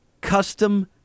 custom